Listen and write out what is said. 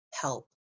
help